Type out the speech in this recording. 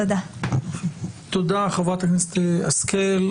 תודה, חברת הכנסת השכל.